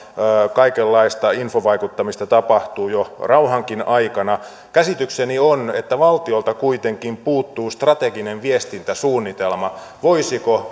kaikenlaista infovaikuttamista tapahtuu jo rauhankin aikana ja käsitykseni on että valtiolta kuitenkin puuttuu strateginen viestintäsuunnitelma voisiko